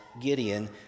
Gideon